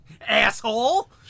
Asshole